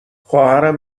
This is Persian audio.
خواهرم